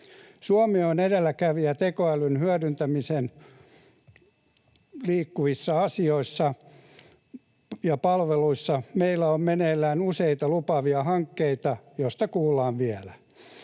Suomi on edelläkävijä tekoälyn hyödyntämiseen liittyvissä asioissa ja palveluissa. Meillä on meneillään useita lupaavia hankkeita, joista kuullaan vielä.